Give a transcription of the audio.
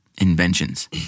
Inventions